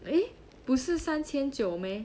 eh 不是三千九 eh